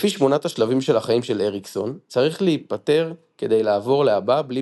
לפי שמונת השלבים של החיים של אריקסון צריך להיפתר כדי לעבור להבא בלי